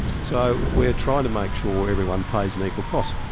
so we're trying to make sure everyone pays an equal cost.